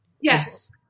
Yes